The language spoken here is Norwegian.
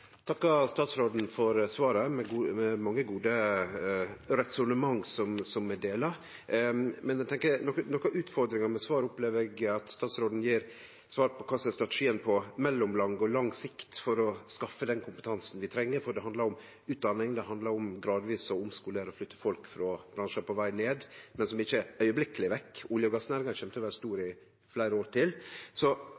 statsråden for svaret, som hadde mange gode resonnement som vi deler. Noko av utfordringa med svaret opplever eg er at statsråden ikkje gjev svar på kva som skal skje på mellomlang og lang sikt for å skaffe den kompetansen vi treng, for det handlar om utdanning, det handlar om gradvis å omskolere og flytte folk frå bransjar på veg ned, men som ikkje straks er vekk – olje- og gassnæringa kjem til å vere stor i